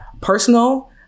personal